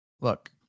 look